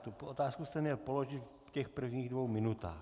Tuto otázku jste měl položit v těch prvních dvou minutách.